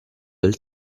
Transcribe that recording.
del